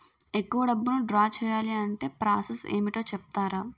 ఎక్కువ డబ్బును ద్రా చేయాలి అంటే ప్రాస సస్ ఏమిటో చెప్తారా?